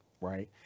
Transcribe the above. right